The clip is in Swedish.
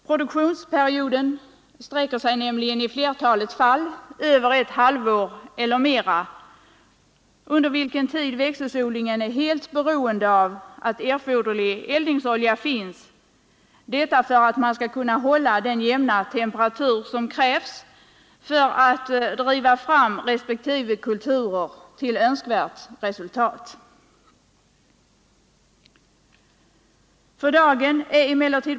Produktionsperioden sträcker sig nämligen i flertalet fall över ett halvår eller mer. Under denna tid är växthusodlingen helt beroende av att erforderlig eldningsolja finns — för att man skall kunna hålla den jämna temperatur som krävs för att driva fram respektive kulturer till önskvärt resultat.